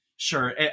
Sure